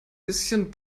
bisschen